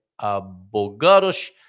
Abogados